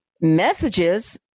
Messages